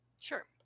Sure